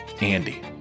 Andy